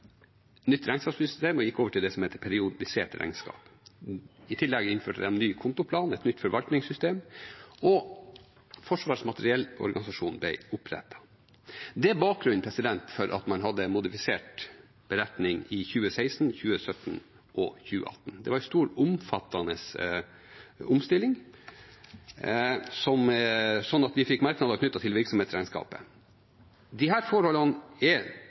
nytt regnskapssystem og gikk over til det som heter periodisert regnskap. I tillegg innførte de ny kontoplan, et nytt forvaltningssystem, og Forsvarsmateriell-organisasjonen ble opprettet. Det er bakgrunnen for at man hadde en modifisert beretning i 2016, 2017 og 2018. Det var en stor og omfattende omstilling, så vi fikk merknader knyttet til virksomhetsregnskapet. Disse forholdene har det vært tatt tak i, og de er